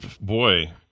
Boy